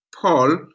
Paul